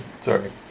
Sorry